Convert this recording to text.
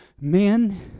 men